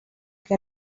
que